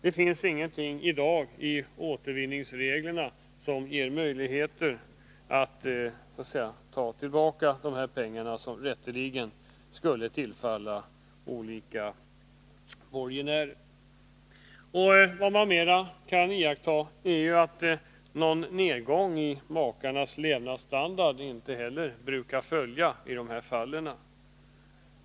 Det finns i dag ingenting i återvinningsreglerna som ger möjligheter att ta tillbaka de pengar som rätteligen borde tillfalla olika borgenärer. Man kan iaktta att någon nedgång i makarnas levnadsstandard inte brukar följa i dessa fall.